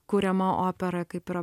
kuriama opera kaip yra